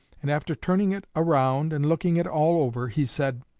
and, after turning it around and looking it all over, he said,